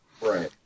Right